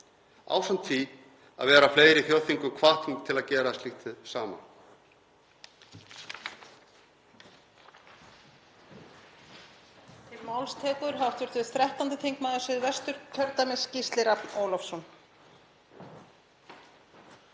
ásamt því að vera fleiri þjóðþingum hvatning til að gera slíkt hið sama.